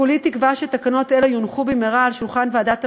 כולי תקווה שתקנות אלו יונחו במהרה על שולחן ועדת הפנים,